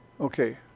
Okay